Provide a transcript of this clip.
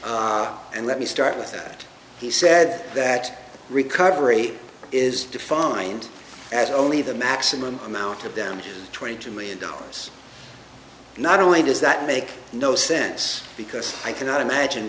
and let me start with that he said that recovery is defined as only the maximum amount of damages twenty two million dollars not only does that make no sense because i cannot imagine